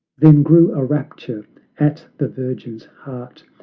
then grew a rapture at the virgin's heart,